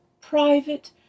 private